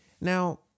Now